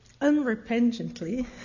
unrepentantly